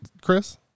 Chris